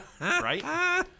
Right